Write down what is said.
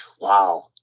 Wow